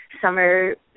summer